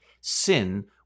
Sin